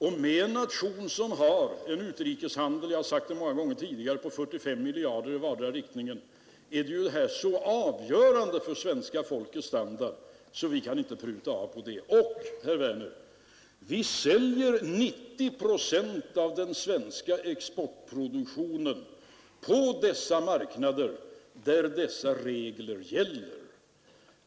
För en nation som Sverige, som har en utrikeshandel som uppgår till ett värde av 45 miljarder i vardera riktningen — jag har sagt detta många gånger tidigare — är detta så avgörande för folkets standard, att vi inte kan pruta av på det. Och, herr Werner, vi säljer 90 procent av den svenska exportproduktionen på marknader där dessa regler gäller.